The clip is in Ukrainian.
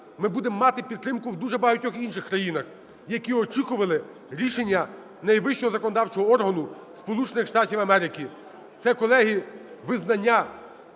ми будемо мати підтримку в дуже багатьох інших країнах, які очікували рішення найвищого законодавчого органу Сполучених Штатів